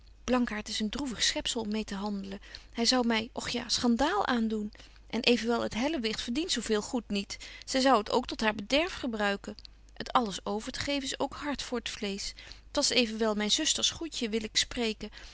blankaart is een droevig schepsel om mee te handelen hy zou my och ja schandaal aan doen en evenwel het hellewicht verdient zo veel goed niet zy zou het ook tot haar bederf gebruiken het alles over te geven is ook hart voor t vleesch t was evenwel myn zusters goedje wil ik spreken